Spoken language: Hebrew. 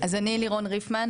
אז אני לירון ריפמן,